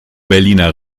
berliner